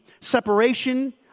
separation